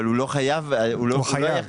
אבל הוא לא חייב --- הוא חייב